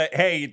hey